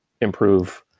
improve